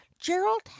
Gerald